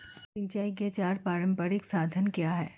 सिंचाई के चार पारंपरिक साधन क्या हैं?